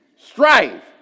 Strife